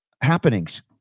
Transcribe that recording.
happenings